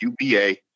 UBA